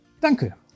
Danke